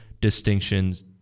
distinctions